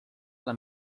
alla